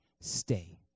stay